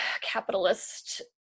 capitalist